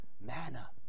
manna